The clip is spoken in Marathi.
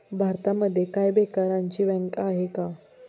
भारतामध्ये काय बेकारांची बँक आहे का?